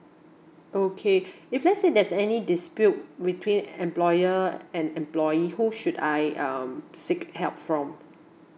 okay if let's say there's any dispute between employer and employee who should I um seek help from